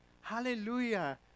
Hallelujah